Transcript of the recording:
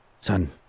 son